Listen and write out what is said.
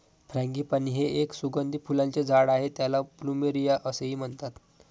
frangipani हे एक सुगंधी फुलांचे झाड आहे ज्याला प्लुमेरिया असेही म्हणतात